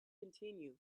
continue